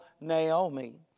Naomi